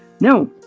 No